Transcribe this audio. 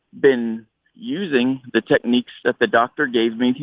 been using the techniques that the doctor gave me.